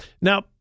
Now